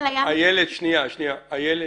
איילת,